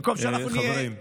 במקום שאנחנו, חברים,